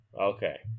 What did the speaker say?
Okay